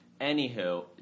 Anywho